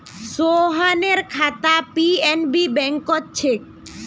सोहनेर खाता पी.एन.बी बैंकत छेक